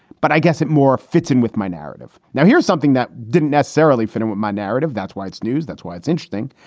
but i guess it more fits in with my narrative. now here's something that didn't necessarily fit in with my narrative. that's why it's news. that's why it's interesting.